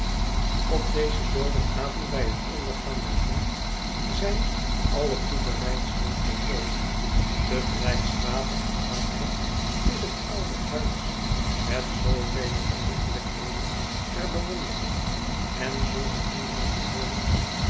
op dezen zomeravond bij het ondergaan der zon zijne alle toebereidselen voltooid te gelijk statig en akelig is het oude huis met zoovele geriefelijkheden ter bewoning en zonder andere bewoners